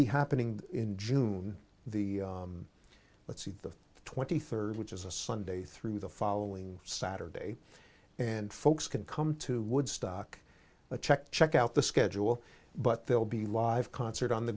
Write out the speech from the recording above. be happening in june the let's see the twenty third which is a sunday through the following saturday and folks can come to woodstock check to check out the schedule but they'll be live concert on the